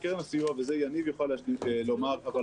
בקרן הסיוע וזה יניב יוכל לומר אבל